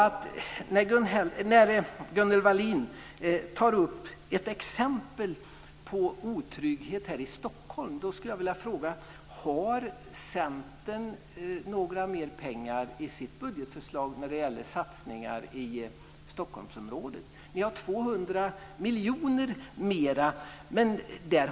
När Gunnel Wallin tar ett exempel på otrygghet här i Stockholm skulle jag vilja fråga: Har Centern mer pengar i sitt budgetförslag när det gäller satsningar i Stockholmsområdet? Ni har 200 miljoner kronor mer där.